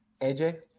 AJ